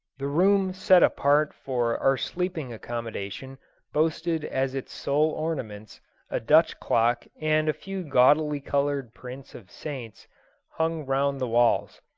the room set apart for our sleeping accommodation boasted as its sole ornaments a dutch clock and a few gaudily-coloured prints of saints hung round the walls.